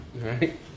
right